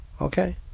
Okay